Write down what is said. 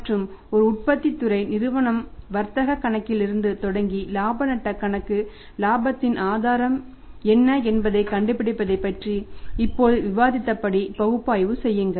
மற்றும் ஒரு உற்பத்தி துறை நிறுவனம் வர்த்தகக் கணக்கிலிருந்து தொடங்கி இலாப நட்டக் கணக்கு இலாபத்தின் ஆதாரம் என்ன என்பதைக் கண்டுபிடிப்பதைப் பற்றி இப்போது விவாதித்தபடி பகுப்பாய்வு செய்யுங்கள்